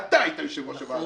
אתה הייתי יושב-ראש הוועדה